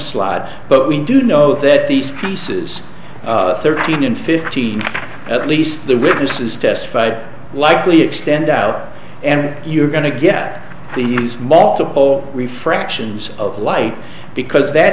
slot but we do know that these pieces thirteen and fifteen at least the witnesses testified likely extend our and you're going to get these multiple refractions of light because that